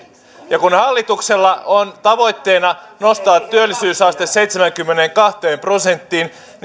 ja kun hallituksella on tavoitteena nostaa työllisyysaste seitsemäänkymmeneenkahteen prosenttiin